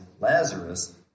Lazarus